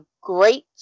great